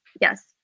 Yes